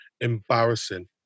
Embarrassing